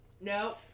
no